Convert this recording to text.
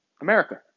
America